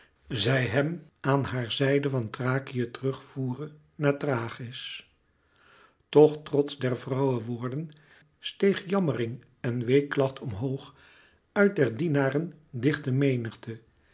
zij hem aan haar zijde van thrakië terug voere naar thrachis toch trots der vrouwe woorden steeg jammering en weeklacht omhoog uit der dienaren dichte menigte